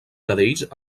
cadells